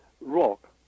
rock